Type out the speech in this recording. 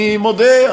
אני מודה,